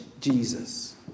Jesus